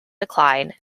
decline